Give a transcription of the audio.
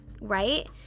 right